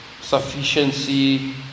sufficiency